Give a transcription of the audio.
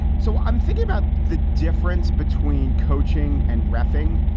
so i'm thinking about the difference between coaching and reffing.